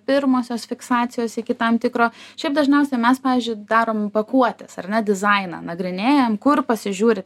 pirmosios fiksacijos iki tam tikro šiaip dažniausiai mes pavyzdžiui darom pakuotes ar ne dizainą nagrinėjam kur pasižiūri